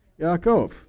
Yaakov